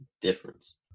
difference